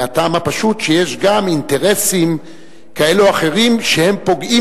מהטעם הפשוט שיש גם אינטרסים כאלה או אחרים שפוגעים